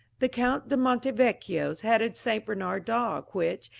the count de monte veccios had a st. bernard dog, which,